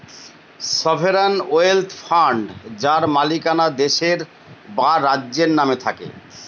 sovereign wealth fund যার মালিকানা দেশের বা রাজ্যের নামে থাকে